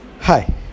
Hi